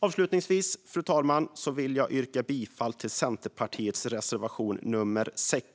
Avslutningsvis, fru talman, vill jag yrka bifall till Centerpartiets reservation nummer 6.